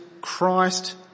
Christ